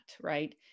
right